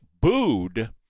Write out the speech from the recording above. booed